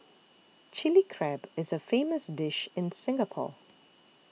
Chilli Crab is a famous dish in Singapore